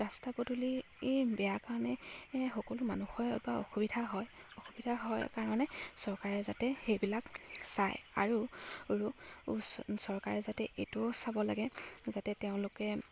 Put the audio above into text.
ৰাস্তা পদূলিৰ বেয়া কাৰণে সকলো মানুহৰ বা অসুবিধা হয় অসুবিধা হয় কাৰণে চৰকাৰে যাতে সেইবিলাক চায় আৰু চৰকাৰে যাতে এইটোও চাব লাগে যাতে তেওঁলোকে